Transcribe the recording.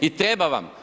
I treba vam.